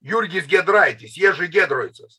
jurgis giedraitis jiežy giedroucas